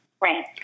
Right